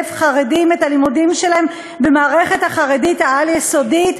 חרדים את הלימודים שלהם במערכת החרדית העל-יסודית,